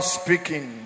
speaking